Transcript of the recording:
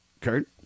Kurt